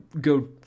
go